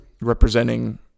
representing